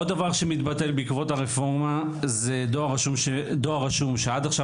עוד דבר שמתבטל בעקבות הרפורמה זה דואר רשום שעד עכשיו